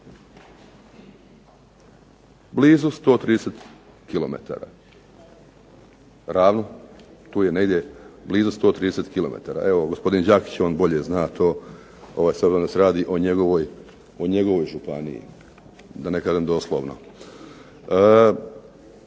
Blizu 130 km, ravno. Tu je negdje blizu 130 km. Evo gospodin Đakić, on bolje zna to, sad se radi o njegovoj županiji, da ne kažem doslovno.